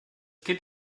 kind